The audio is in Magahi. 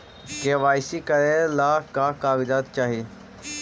के.वाई.सी करे ला का का कागजात चाही?